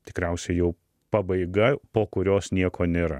tikriausiai jau pabaiga po kurios nieko nėra